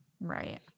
Right